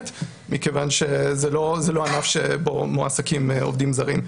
מכיוון שזה לא ענף שמועסקים בו עובדים זרים.